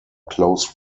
close